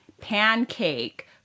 pancake